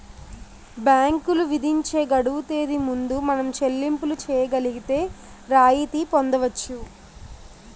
బ్యాంకులు విధించే గడువు తేదీ ముందు మనం చెల్లింపులు చేయగలిగితే రాయితీ పొందవచ్చు